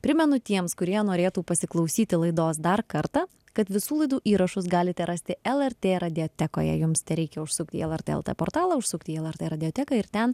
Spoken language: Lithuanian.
primenu tiems kurie norėtų pasiklausyti laidos dar kartą kad visų laidų įrašus galite rasti lrt radiotekoje jums tereikia užsukti į lrt lt portalą užsukti į lrt radioteką ir ten